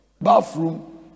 bathroom